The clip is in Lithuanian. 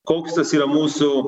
koks tas yra mūsų